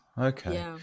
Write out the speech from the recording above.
Okay